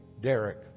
Derek